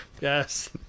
Yes